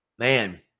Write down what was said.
Man